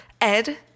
Ed